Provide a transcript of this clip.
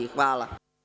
Hvala.